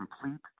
complete